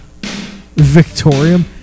Victorium